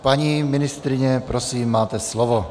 Paní ministryně, prosím, máte slovo.